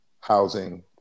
housing